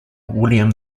william